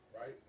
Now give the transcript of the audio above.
right